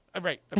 right